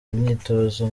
myitozo